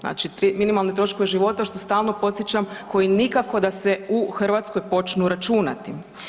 Znači minimalni troškovi života što stalno podsjećam koji nikako da se u Hrvatskoj počnu računati.